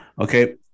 Okay